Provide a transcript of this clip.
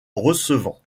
recevant